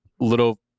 little